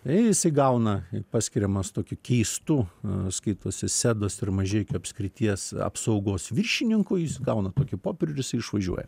ir jisai gauna paskiriamas tokiu keistu skaitosi sedos ir mažeikių apskrities apsaugos viršininku jis gauna tokį popierių ir jis išvažiuoja